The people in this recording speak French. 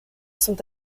sont